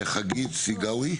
חגית סיגאוי.